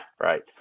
right